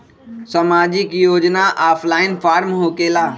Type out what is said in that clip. समाजिक योजना offline form होकेला?